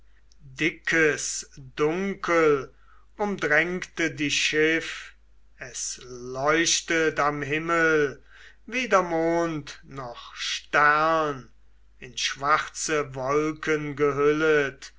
dickes dunkel umdrängte die schiff es leuchtet am himmel weder mond noch stern in schwarze wolken gehüllet